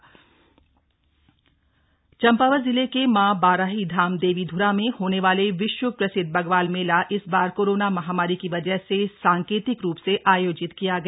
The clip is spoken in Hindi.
बरवाल मेला चम्पावत जिले के मां बाराही धाम देवीध्रा में होने वाला विश्व प्रसिद्ध बग्वाल मेला इस बार कोरोना महामारी के वजह से सांकेतिक रुप से आयोजित किया गया